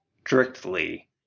strictly